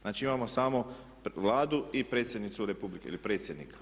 Znači, imamo samo Vladu i predsjednicu Republike ili predsjednika.